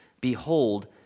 Behold